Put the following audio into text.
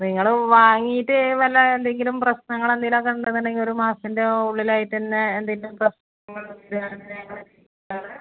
നിങ്ങള് വാങ്ങിയിട്ട് വല്ല എന്തെങ്കിലും പ്രശ്നങ്ങളെന്തേലും ഒക്കെ ഉണ്ടെന്ന് ഉണ്ടെങ്കിൽ ഒര് മാസത്തിൻ്റെ ഉള്ളിലായിത്തന്നെ എന്തേലും പ്രശ്നങ്ങള് വരികയാണേൽ ഞങ്ങള് പറയാം